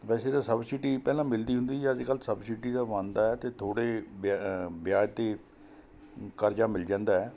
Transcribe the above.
ਵੈਸੇ ਤਾਂ ਸਬਸਿਡੀ ਪਹਿਲਾਂ ਮਿਲਦੀ ਹੁੰਦੀ ਅੱਜ ਕੱਲ੍ਹ ਸਬਸਿਡੀ ਤਾਂ ਬੰਦ ਹੈ ਅਤੇ ਥੋੜ੍ਹੇ ਵਿਆਜ਼ 'ਤੇ ਕਰਜ਼ਾ ਮਿਲ ਜਾਂਦਾ